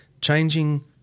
changing